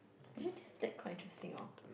actually this stack quite interesting orh